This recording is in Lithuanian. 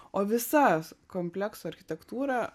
o visa komplekso architektūra